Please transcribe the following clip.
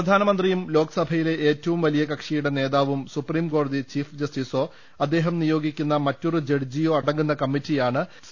പ്രധാനമന്ത്രിയും ലോക്സഭയിലെ ഏറ്റവും വലിയ കക്ഷിയുടെ നേതാവും സുപ്രീംകോടതി ചീഫ് ജസ്റ്റിസോ അദ്ദേഹം നിയോഗിക്കുന്ന മറ്റൊരു ജഡ്ജിയോ അടങ്ങുന്ന കമ്മിറ്റിയാണ് സി